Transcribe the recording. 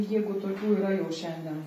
jeigu tokių yra jau šiandien